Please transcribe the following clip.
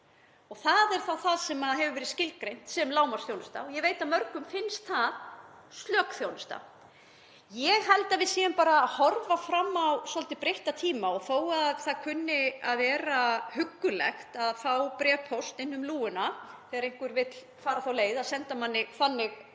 og það er það sem hefur verið skilgreint sem lágmarksþjónusta og ég veit að mörgum finnst það slök þjónusta. Ég held að við séum bara að horfa fram á svolítið breytta tíma og þó að það kunni að vera huggulegt að fá bréfpóst inn um lúguna þegar einhver vill fara þá leið að senda manni þannig